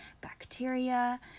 bacteria